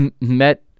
met